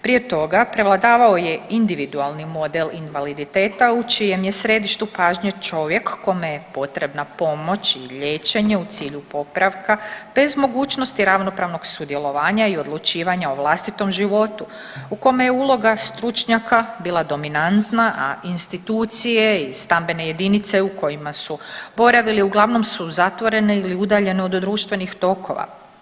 Prije toga, prevladavao je individualni model invaliditeta u čijem je središtu pažnje čovjek kome je potrebna pomoć i liječenje u cilju popravka bez mogućnosti ravnopravnog sudjelovanja i odlučivanja o vlastitom životu, u kome je uloga stručnjaka bila dominantna, a institucije i stambene jedinice u kojima su boravili uglavnom su zatvorene ili udaljene od društvenih tokova.